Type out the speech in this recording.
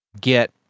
get